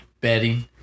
betting